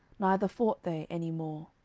neither fought they any more.